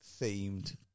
themed